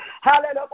hallelujah